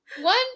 one